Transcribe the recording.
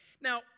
Now